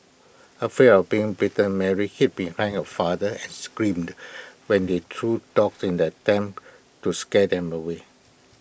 afraid of being bitten Mary hid behind her father and screamed when he threw dogs in the attempt to scare them away